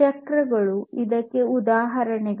ಚಕ್ರಗಳು ಇದಕ್ಕೆ ಉದಾಹರಣೆಗಳು